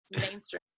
mainstream